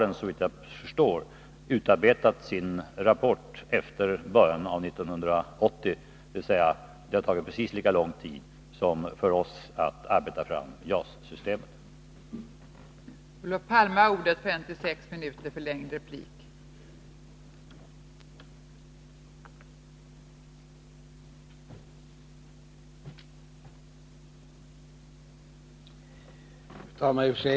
Den har såvitt jag förstår utarbetat sin rapport efter början av 1980, dvs. det har tagit precis lika lång tid som för oss att arbeta fram beslutsunderlaget för JAS-systemet.